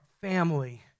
family